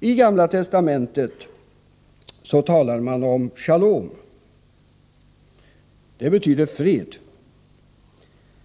I Gamla Testamentet talar man om ”shalom”. Det betyder fred,